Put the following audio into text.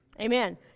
amen